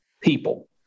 people